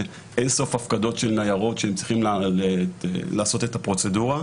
באין-סוף הפקדות של ניירות כשהם צריכים לעשות את הפרוצדורה.